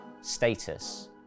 status